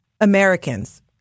Americans